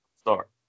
start